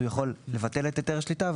הוא יכול לבטל את היתר השליטה.